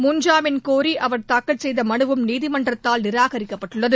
முன்ஜாமீன் கோரி அவர் தாக்கல் செய்த மனுவும் நீதிமன்றத்தால் நிராகிக்கப்பட்டுள்ளது